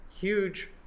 huge